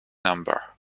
number